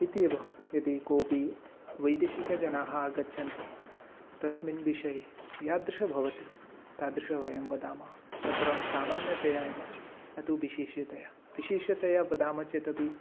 इति एव यदि केऽपि वैदेशिकजनाः आगच्छन्ति तस्मिन् विषये यादृशं भवति तादृशं वयं वदामः तत्र सामान्यतया एव न तु विशेष्यतया विशेष्यतया वदामः चेदपि